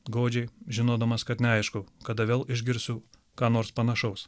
godžiai žinodamas kad neaišku kada vėl išgirsiu ką nors panašaus